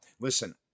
listen